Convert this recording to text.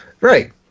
right